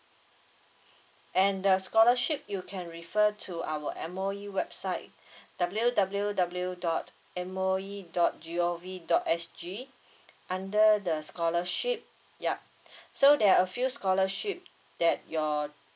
and the scholarship you can refer to our M_O_E website W W W dot M O E dot G O V dot S G under the scholarship ya so there are a few scholarship that your